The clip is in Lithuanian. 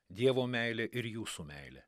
dievo meilė ir jūsų meilė